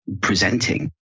presenting